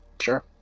sure